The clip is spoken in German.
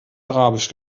arabisch